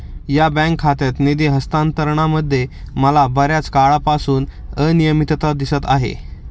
या बँक खात्यात निधी हस्तांतरणामध्ये मला बर्याच काळापासून अनियमितता दिसत आहे